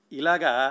ilaga